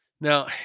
Now